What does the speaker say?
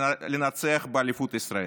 לנצח באליפות ישראל.